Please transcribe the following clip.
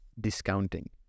discounting